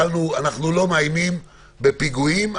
אנחנו לא מאיימים בפיגועים.